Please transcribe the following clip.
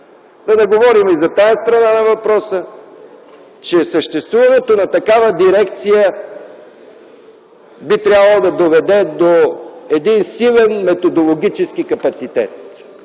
да не говорим и за тази страна на въпроса, че съществуването на такава дирекция би трябвало да доведе до един силен методологически капацитет.